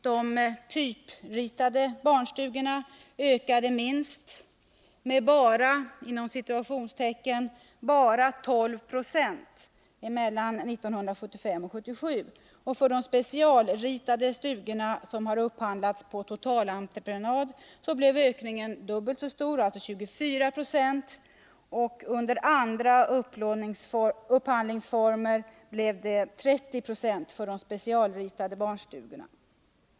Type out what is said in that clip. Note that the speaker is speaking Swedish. De typritade barnstugorna ökade minst — med ”bara” 12 96 mellan 1975 och 1977. För de specialritade stugorna, som har upphandlats på totalentreprenad, blev ökningen dubbelt så stor — alltså 24 96 — och under andra upphandlingsformer blev den 30 90 för de specialritade barnstugorna.